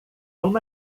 uma